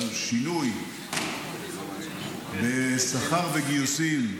השינוי בשכר וגיוסים: